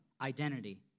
identity